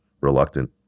reluctant